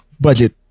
budget